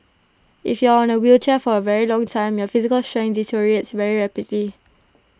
if you are on A wheelchair for A very long time your physical strength deteriorates very rapidly